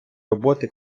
роботи